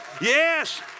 Yes